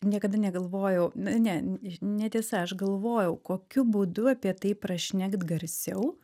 niekada negalvojau na ne netiesa aš galvojau kokiu būdu apie tai prašnekt garsiau